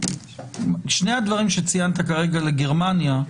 שני הדברים שציינת כרגע על גרמניה,